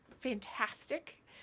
fantastic